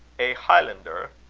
a highlander?